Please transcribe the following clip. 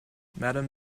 madam